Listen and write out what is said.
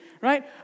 right